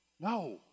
No